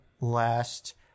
last